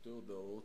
שתי הודעות.